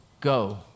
go